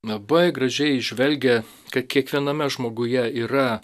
labai gražiai įžvelgia kad kiekviename žmoguje yra